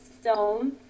stone